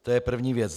To je první věc.